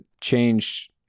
changed